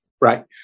right